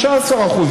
115%,